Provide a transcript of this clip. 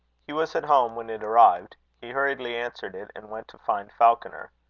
he was at home when it arrived. he hurriedly answered it, and went to find falconer.